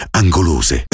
angolose